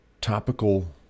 topical